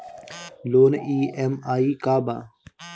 Loan EMI का बा?